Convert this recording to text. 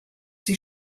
sie